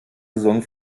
saison